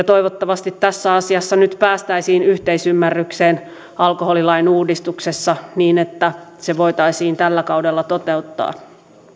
toivottavasti tässä asiassa nyt päästäisiin yhteisymmärrykseen alkoholilain uudistuksessa niin että se voitaisiin tällä kaudella toteuttaa